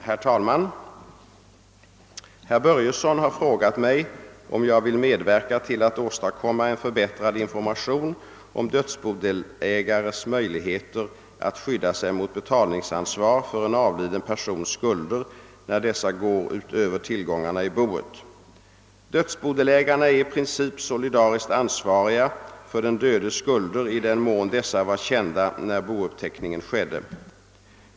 Herr talman! Herr Börjesson i Falköping har frågat mig, om jag vill medverka till att åstadkomma en förbättrad information om dödsbodelägares möjligheter att skydda sig mot betalningsansvar för en avliden persons skulder när dessa går utöver tillgångarna i boet. Dödsbodelägarna är i princip solidariskt ansvariga för den dödes skulder i den mån dessa var kända när bouppteckningen skedde.